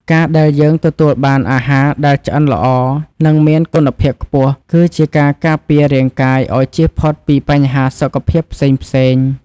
ការដែលយើងទទួលបានអាហារដែលឆ្អិនល្អនិងមានគុណភាពខ្ពស់គឺជាការការពាររាងកាយឱ្យជៀសផុតពីបញ្ហាសុខភាពផ្សេងៗ។